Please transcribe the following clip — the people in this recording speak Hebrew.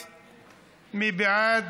סעיפים 8 12, כנוסח הוועדה,